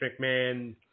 McMahon